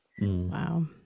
Wow